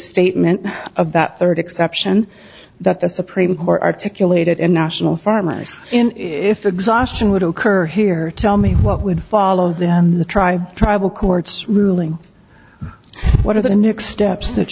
misstatement of that third exception that the supreme court articulated in national farmers in if exhaustion would occur here tell me what would follow then the tribe tribal courts ruling what are the next steps that